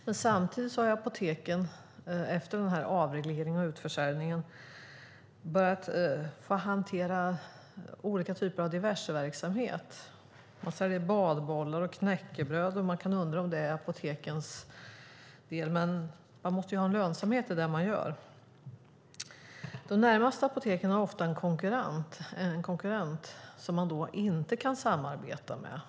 Men samtidigt har apoteken efter avregleringen och utförsäljningen börjat hantera olika typer av diverseverksamhet. Man säljer badbollar och knäckebröd. Man kan undra om det är apotekens verksamhet, men de måste ju ha en lönsamhet i vad de gör. De närmaste apoteken har ofta en konkurrent som de inte kan samarbeta med.